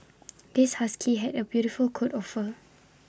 this husky had A beautiful coat of fur